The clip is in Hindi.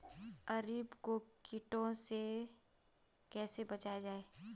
अरबी को कीटों से कैसे बचाया जाए?